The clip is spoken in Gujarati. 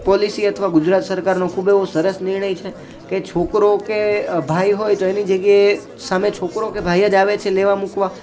પોલીસી અથવા ગુજરાત સરકારનો એક ખૂબ એવો સરસ નિર્ણય છે કે છોકરો કે ભાઈ હોય તો એની જગ્યાએ સામે છોકરો કે ભાઈ જ આવે છે લેવા મૂકવા